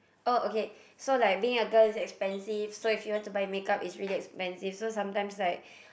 oh okay so like being a girl is expensive so if you want to buy make-up it's really expensive so sometimes like